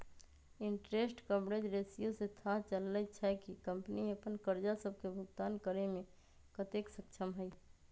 interest coverage ratio से थाह चललय छै कि कंपनी अप्पन करजा सभके भुगतान करेमें कतेक सक्षम हइ